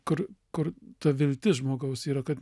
kur kur ta viltis žmogaus yra kad